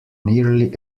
nearly